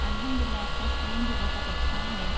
الحمدللہ اس کا اسکرین بھی بہت اچھا ہے